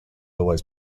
always